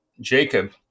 Jacob